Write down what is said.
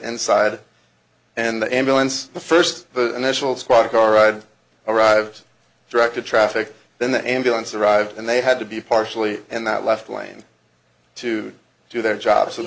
inside and the ambulance the first initial squad car ride arrives directed traffic then the ambulance arrived and they had to be partially in that left lane to do their job so